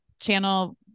channel